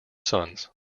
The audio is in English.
sons